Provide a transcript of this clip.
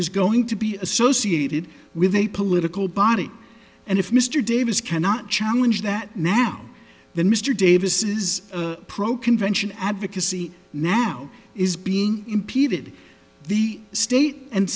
is going to be associated with a political body and if mr davis cannot challenge that now then mr davis is proca invention advocacy now is being impeded the state and